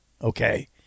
Okay